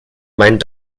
meinen